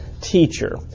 teacher